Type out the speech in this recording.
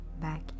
back